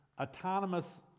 autonomous